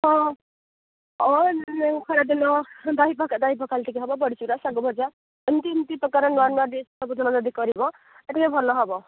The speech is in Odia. ହଁ ଦିନ ଦହି ପଖାଳ ଦହି ପଖାଳ ହେବ ବଡ଼ିଚୁରା ଶାଗ ଭଜା ଏମିତି ଏମିତି ପ୍ରକାର ନୂଆ ନୂଆ ଡିଶ୍ ସବୁଦିନ ଯଦି କରିବ ଟିକେ ଭଲ ହେବ